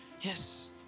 Yes